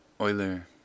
euler